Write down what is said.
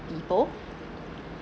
people